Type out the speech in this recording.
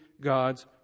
God's